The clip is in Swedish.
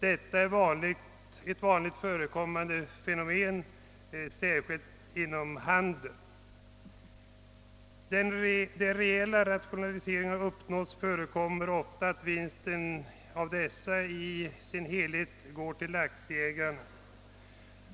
Detta är ett vanligt förekommande fenomen, särskilt inom handeln. Där reella rationaliseringar uppnåtts förekommer ofta att vinsten av dessa i sin helhet går till aktieägarna.